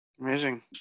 Amazing